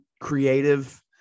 creative